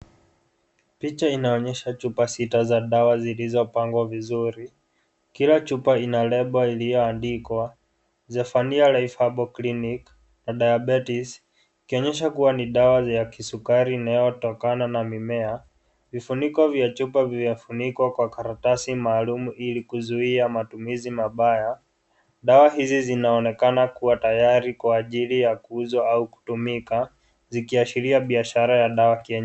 Picha inonyesha chupa sita za dawa zilizopangwa vizuri . Kila chupa ina lebo iliyoandikwa Zephania Life herbal clinic na diabetes ikionyesha kuwa ni dawa ya kisukari inayotokana na mimea . Vifuniko vya chupa vimefunikwa kwa karatasi maalum ili kuzuia matumizi mabaya . Dawa hizi zinaonekana kuwa tayari kwa jili ya kuuzwa au kutumika zikiashiria biashara ya dawa kienyeji.